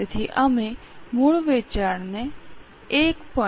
તેથી અમે મૂળ વેચાણને 1